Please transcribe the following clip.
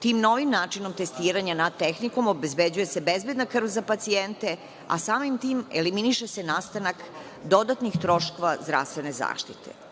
Tim novim načinom testiranja NAT tehnikom obezbeđuje se bezbedna krv za pacijente, a samim tim eliminiše se nastanak dodatnih troškova zdravstvene zaštite. Na